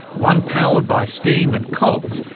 one powered by steam and cogs,